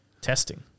testing